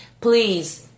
please